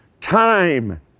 Time